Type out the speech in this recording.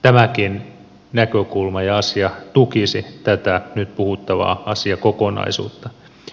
tämäkin näkökulma ja asia tukisi tätä nyt puhuttavaa asiakokonaisuutta